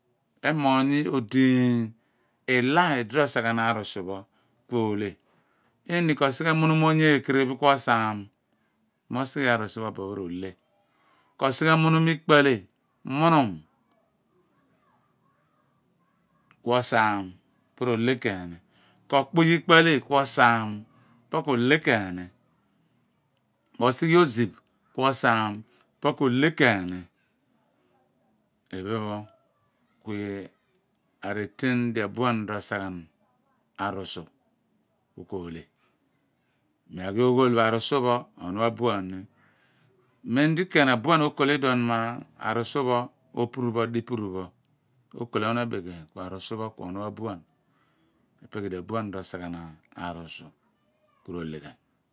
Emoogh mi odiiny ola idi roga ghan arusu pho ko ohle ini ko sighe memam onyekere bin ku osaam mosighi aruoh pho opo pho r'ohle iso sighe munum ikpo ahle munum ku osaa pu ro ohle keeni ko kpiny ikpo ahle ku osaam po ko ohle keeni mo ko sighe oziph ku osaam pu ko ahle keemi iphen pho ku areten di a buan ro sa ghan arusu ku ko ohle mi oghi oghol pho arusu pho ohnu abuan ni keeni mem di ken abuan okol iduon mo arusu pho opuru bo dipuru pho ko okol ohnu a bekeeny ku arusu pho ku ohnu abuan ipe ku idi abuan ro saghan arusu ku ro ohle ghan.